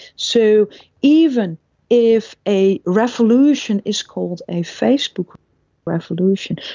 so even if a revolution is called a facebook revolution,